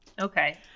Okay